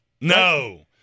No